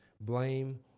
blame